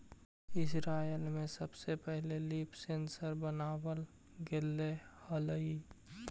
Israel में सबसे पहिले लीफ सेंसर बनाबल गेले हलई